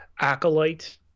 acolyte